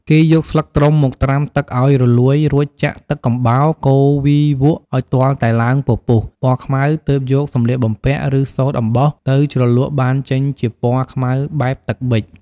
គេយកស្លឹកត្រុំមកត្រាំទឹកឱ្យរលួយរួចចាក់ទឹកកំបោរ កូរវីវក់ឱ្យទាល់តែឡើងពពុះ ពណ៌ខ្មៅទើបយកសម្លៀកបំពាក់ ឬ សូត្រអំបោះទៅជ្រលក់បានចេញជាពណ៌ខ្មៅបែបទឹកប៊ិច។